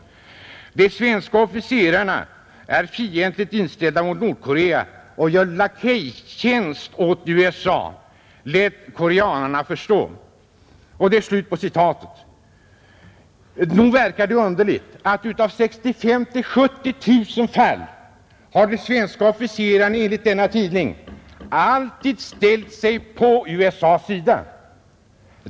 De svenska officerarna är fientligt inställda mot nordkorea och gör lakejtjänst åt USA, lät koreanerna förstå.” Nog verkar det underligt att av 65 000 — 70 000 fall har de svenska officerarna enligt denna tidning alltid ställt sig på USA:s sida.